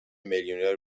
میلیونر